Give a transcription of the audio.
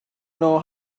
know